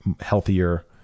healthier